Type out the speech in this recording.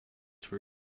for